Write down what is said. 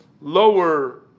lower